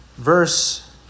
Verse